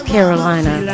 Carolina